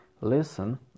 listen